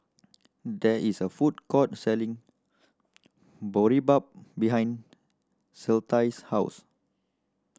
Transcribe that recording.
there is a food court selling Boribap behind Clytie's house